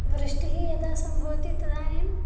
वृष्टिः यदा सम्भवति तदानीम्